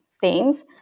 themes